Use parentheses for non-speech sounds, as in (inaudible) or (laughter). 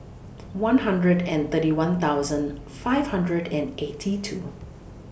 (noise) one hundred and thirty one thousand five hundred and eighty two